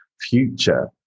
future